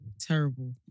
Terrible